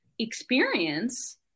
experience